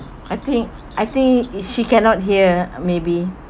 I think I think is she cannot hear ah maybe